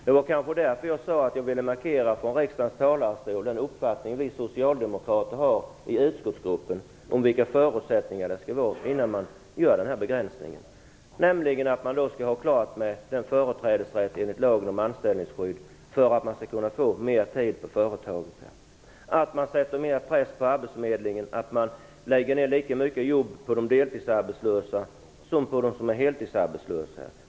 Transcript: Det var därför jag sade att jag från riksdagens talarstol ville markera den uppfattning vi socialdemokrater i utskottsgruppen har om vilka förutsättningar som skall finnas innan man gör denna begränsning. Det skall vara klart med företrädesrätten enligt lagen om anställningsskydd för att man skall kunna få mer tid på företaget. Det måste sättas större press på arbetsförmedlingen så att de lägger ner lika mycket jobb på de deltidsarbetslösa som på dem som är heltidsarbetslösa.